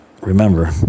remember